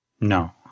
no